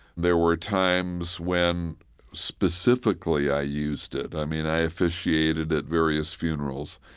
there were times when specifically i used it. i mean, i officiated at various funerals.